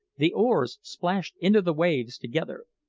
the oars splashed into the waves together.